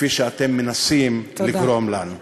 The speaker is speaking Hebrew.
כפי שאתם מנסים לגרום לנו.